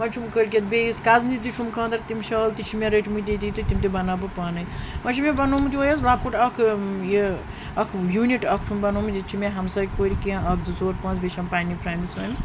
وۄۍ چھُم کٔٲلکٮ۪تھ بیٚیِس کزنہِ چھُم خاندَر تِم شال تہِ چھِ مےٚ رٔٹۍمٕتۍ ییٚتی تہٕ تِم تہِ بَناو بہٕ پانٕے وۄۍ چھُ مےٚ بنومُت یُہٕے حظ لَکُٹ اَکھ یہِ اَکھ یوٗنِٹ اَکھ چھُم بَنومت ییٚتہِ چھِ مےٚ ہمساے کورِ کیٚنٛہہ اَکھ زٕ ژور پانٛژھ بیٚیہِ چھِم پَنٛنہِ فریٚنٛڈٕس ونڈٕس